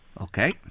Okay